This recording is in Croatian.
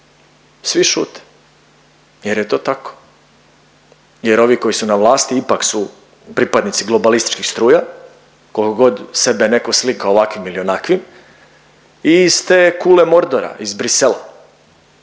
Svi šute jer je to tako. Jer ovi koji su na vlasti ipak su pripadnici globalističkih struja, koliko god netko slikao ovakvim ili onakvim i iz te kule Mordora, iz Bruxellesa